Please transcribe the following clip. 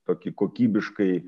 tokį kokybiškai